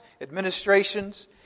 administrations